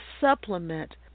supplement